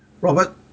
robert